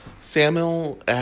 Samuel